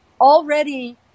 already